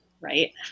Right